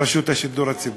רשות השידור הציבורי.